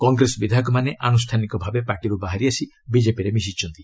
କଂଗ୍ରେସ ବିଧାୟକମାନେ ଆନୁଷ୍ଠାନିକ ଭାବେ ପାର୍ଟିରୁ ବାହାରି ଆସି ବିଜେପିରେ ମିଶିଛନ୍ତି